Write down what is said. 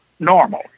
normal